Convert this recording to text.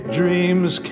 dreams